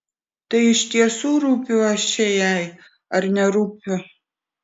tai iš tiesų rūpiu aš čia jai ar nerūpiu